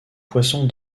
poissons